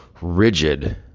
rigid